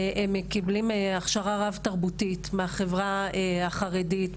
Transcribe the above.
הם מקבלים הכשרה רב-תרבותית מהחברה החרדית,